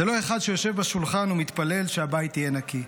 זה לא שאחד יושב בשולחן ומתפלל שהבית יהיה נקי.